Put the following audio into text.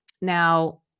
now